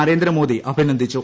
നരേന്ദ്രമോദി അഭിനന്ദിച്ചു